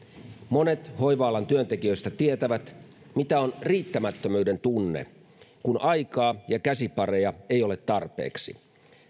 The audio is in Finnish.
monet hoiva alan työntekijöistä tietävät mitä on riittämättömyyden tunne kun aikaa ja käsipareja ei ole tarpeeksi